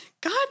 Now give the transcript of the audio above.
God